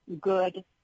good